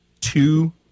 two